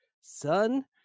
son